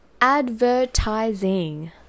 advertising